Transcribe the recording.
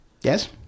Yes